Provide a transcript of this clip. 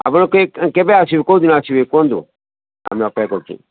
ଆପଣ କେବେ ଆସିବେ କେଉଁଦିନ ଆସିବେ କୁହନ୍ତୁ ଆମେ ଅପେକ୍ଷା କରିଛୁ